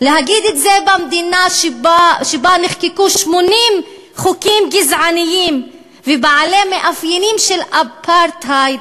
במדינה שבה נחקקו 80 חוקים גזעניים ובעלי מאפיינים של אפרטהייד,